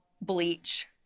bleach